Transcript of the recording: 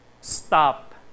stop